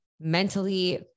mentally